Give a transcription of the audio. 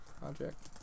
Project